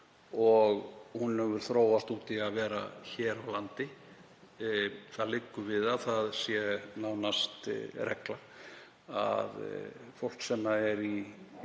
og hún hefur þróast út í að vera hér á landi. Það liggur við að það sé nánast regla að fólk sem er í